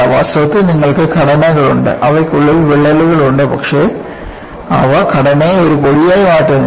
വാസ്തവത്തിൽ നിങ്ങൾക്ക് ഘടനകളുണ്ട് അവയ്ക്കുള്ളിൽ വിള്ളലുകൾ ഉണ്ട് പക്ഷേ അവ ഘടനയെ ഒരു പൊടിയായി മാറ്റുന്നില്ല